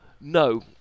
No